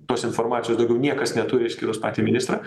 tos informacijos daugiau niekas neturi išskyrus patį ministrą